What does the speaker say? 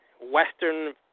Western